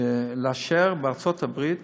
לאשר בארצות הברית,